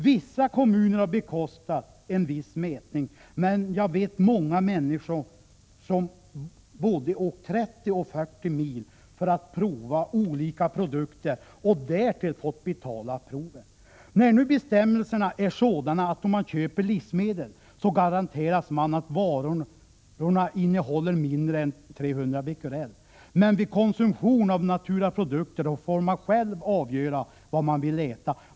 Några kommuner har bekostat viss mätning, men det är många människor som har åkt både 30 och 40 mil för att prova olika produkter och därtill fått betala proven. Bestämmelserna är nu sådana, att när man köper livsmedel garanteras det att varorna innehåller mindre än 300 becquerel, men vid konsumtion av naturaprodukter får man själv avgöra vad man vill äta.